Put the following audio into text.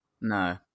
No